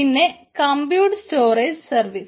പിന്നെ compute storage service